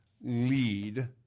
lead